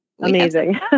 amazing